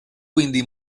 quindi